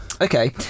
Okay